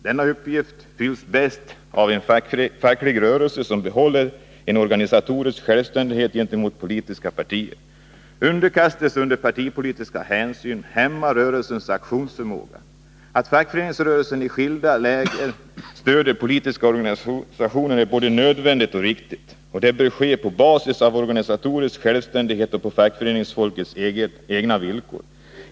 Denna uppgift fylls bäst av en facklig rörelse, som behåller en organisatorisk självständighet gentemot politiska partier. Underkastelse under partipolitiska hänsyn hämmar rörelsens aktionsförmåga. Att fackföreningsrörelsen i skilda lägen stöder politiska organisationer är både nödvändigt och riktigt. men det bör ske på basis av organisatorisk självständighet och på fackföreningsfolkets egna villkor.